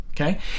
okay